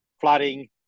flooding